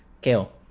Kale